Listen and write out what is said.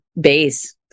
base